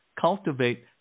cultivate